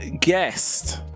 guest